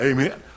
Amen